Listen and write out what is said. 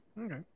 Okay